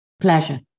Pleasure